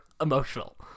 emotional